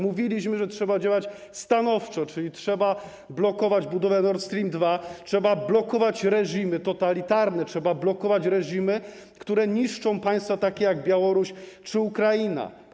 Mówiliśmy, że trzeba działać stanowczo, czyli blokować budowę Nord Stream 2, blokować reżim totalitarny, blokować reżimy, które niszczą państwa takie jak Białoruś czy Ukraina.